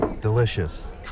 Delicious